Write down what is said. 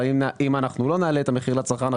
אבל אם לא נעלה את המחירים לצרכן,